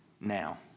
now